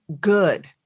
good